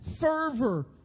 fervor